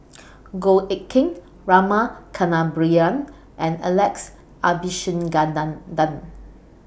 Goh Eck Kheng Rama Kannabiran and Alex Abisheganaden